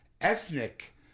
Ethnic